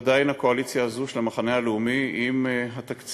עדיין הקואליציה הזו, של המחנה הלאומי, עם התקציב